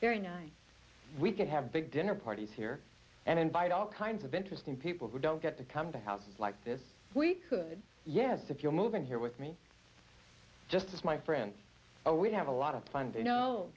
very nice we could have a big dinner parties here and invite all kinds of interesting people who don't get to come to a house like this we could yes if you move in here with me for just as my friend oh we have a lot of fun do you know